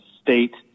state